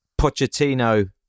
Pochettino